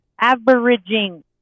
averaging